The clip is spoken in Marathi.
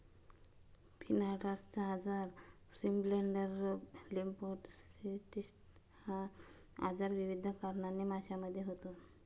फिनार्टचा आजार, स्विमब्लेडर रोग, लिम्फोसिस्टिस हा आजार विविध कारणांनी माशांमध्ये होतो